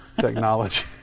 Technology